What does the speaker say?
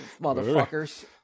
Motherfuckers